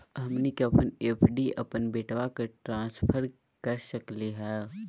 हमनी के अपन एफ.डी अपन बेटवा क ट्रांसफर कर सकली हो?